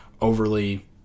overly